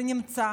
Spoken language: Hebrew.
זה נמצא.